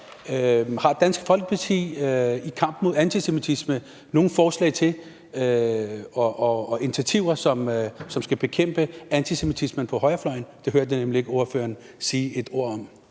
Har Dansk Folkeparti i kampen mod antisemitisme nogen forslag og initiativer til at bekæmpe antisemitismen på højrefløjen? Det hørte jeg nemlig ikke ordføreren sige et ord om.